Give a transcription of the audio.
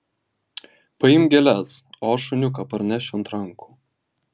paimk gėles o aš šuniuką pernešiu ant rankų